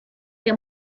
que